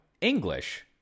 English